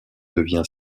devient